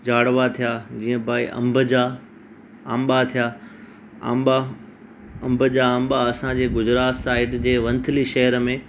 जाड़वा थिया जीअं भाई अम्ब जा अम्बा थिया अम्बा अम्ब जा अम्बा असांजे गुजरात साइड जे वंथली शहर में